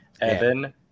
Evan